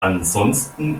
ansonsten